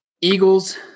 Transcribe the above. Eagles